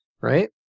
Right